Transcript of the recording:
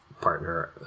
partner